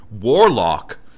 warlock